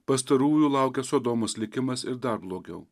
pastarųjų laukia sodomos likimas ir dar blogiau